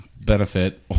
benefit